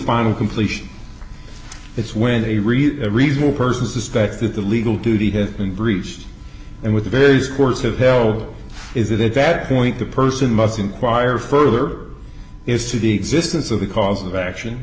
final completion it's when they reach a reasonable person suspect that the legal duty has been breached and with various courts have held is that at that point the person must inquire further is to the existence of the cause of action